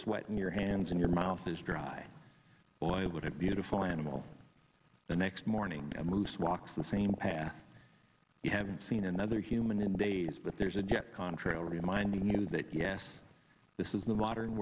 sweat in your hands and your mouth is dry boy what a beautiful animal the next morning moose walks the same path you haven't seen another human in days but there's a jet contrail reminding you that yes this is the modern